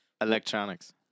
Electronics